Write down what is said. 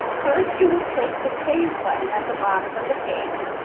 first you will click the save button at the bottom of the page.